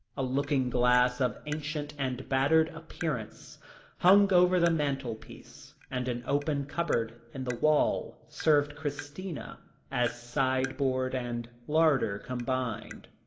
a looking-glass of ancient and battered appearance hung over the mantelpiece, and an open cupboard in the wall served christina as sideboard and larder combined.